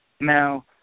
Now